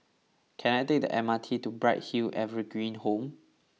can i take the M R T to Bright Hill Evergreen Home